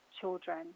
children